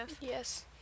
Yes